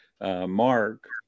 Mark